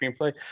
screenplay